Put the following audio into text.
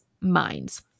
minds